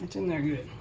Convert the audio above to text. in there good.